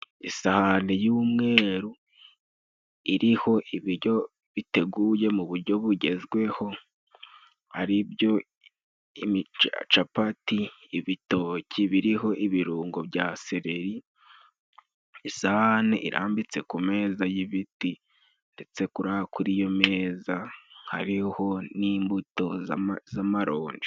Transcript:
Isahani y'umweru iriho ibijyo biteguye mu bujyo bugezweho aribyo capati, ibitoki biriho ibirungo bya seleri ,isahani irambitse ku meza y'ibiti ndetse kuri ayo meza harihoho n'imbuto z'amaronji.